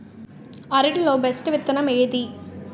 అరటి లో బెస్టు విత్తనం ఏది?